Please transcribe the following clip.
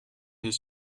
his